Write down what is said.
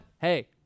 Hey